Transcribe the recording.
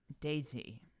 Daisy